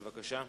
בבקשה.